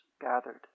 gathered